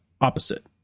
opposite